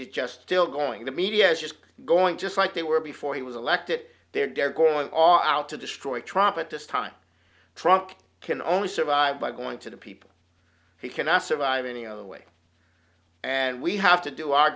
is just still going the media is just going just like they were before he was elected they're going all out to destroy tromp at this time truck can only survive by going to the people he cannot survive any other way and we have to do our